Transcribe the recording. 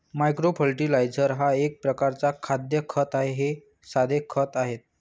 micro fertiliser हा एक प्रकारचा खाद्य खत आहे हे साधे खते आहेत